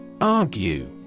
Argue